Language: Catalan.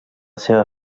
seva